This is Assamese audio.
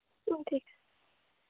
ঠিক আছে